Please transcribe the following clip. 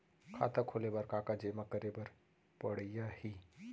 खाता खोले बर का का जेमा करे बर पढ़इया ही?